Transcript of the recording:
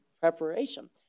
Preparation